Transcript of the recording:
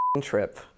trip